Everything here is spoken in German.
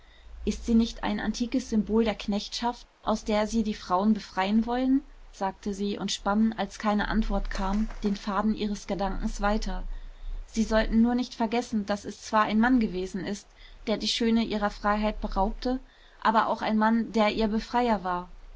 ist sie nicht ein antikes symbol der knechtschaft aus der sie die frauen befreien wollen sagte sie und spann als keine antwort kam den faden ihres gedankens weiter sie sollten nur nicht vergessen daß es zwar ein mann gewesen ist der die schöne ihrer freiheit beraubte aber auch ein mann der ihr befreier war